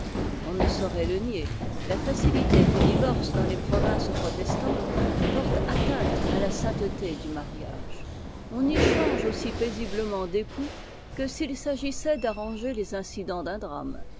on ne saurait le nier ta facilité du divorce dans les provinces protestantes porte atteinte à la sainteté du mariage on y change aussi paisiblement d'époux que s'il s'agissait d'arranger tes incidents d'un drame